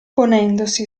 ponendosi